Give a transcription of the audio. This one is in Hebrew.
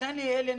תן לי, עלי.